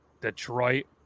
Detroit